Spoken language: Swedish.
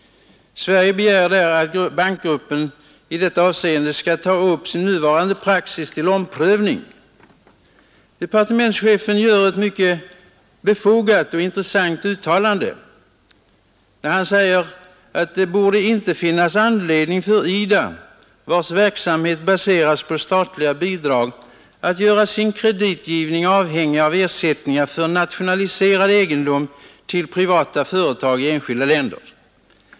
Sverige begär att Världsbanksgruppen i detta avseende skall ta upp sin nuvarande praxis till omprövning. Departementschefen gör ett mycket befogat och intressant uttalande när han säger att ”det borde inte finnas anledning för IDA, vars verksamhet baseras på statliga bidrag, att göra en kreditgivning avhängig av ersättningar för nationaliserad egendom till privata företag i enskilda i-länder.